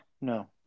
no